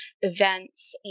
events